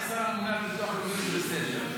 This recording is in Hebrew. אני השר הממונה על ביטוח לאומי, זה בסדר.